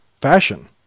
fashion